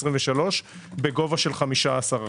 23' בגובה של 15%.